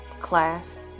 Class